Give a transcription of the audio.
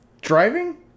Driving